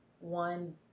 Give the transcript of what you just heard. one